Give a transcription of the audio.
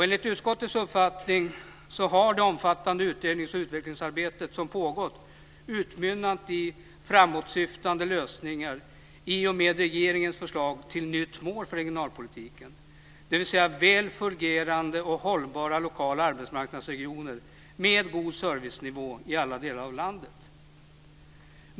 Enligt utskottets uppfattning har det omfattande utrednings och utvecklingsarbete som pågått utmynnat i framåtsyftande lösningar i och med regeringens förslag till nytt mål för regionalpolitiken, dvs. väl fungerande och hållbara lokala arbetsmarknadsregioner med god servicenivå i alla delar av landet.